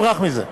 לא אברח מזה,